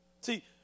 See